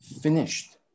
Finished